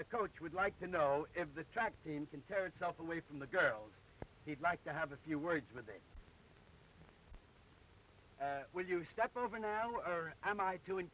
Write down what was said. the coach would like to know if the track team can tear itself away from the girls he'd like to have a few words with will you step over now or am i to in